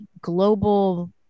global